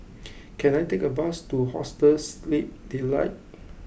can I take a bus to Hostel Sleep Delight